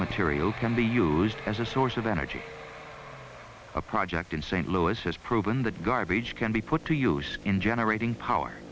material can be used as a source of energy a project in st louis has proven that garbage can be put to use in generating power